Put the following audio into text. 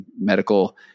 medical